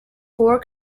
four